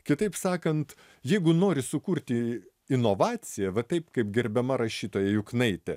kitaip sakant jeigu nori sukurti inovaciją va taip kaip gerbiama rašytoja juknaitė